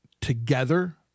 together